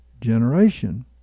generation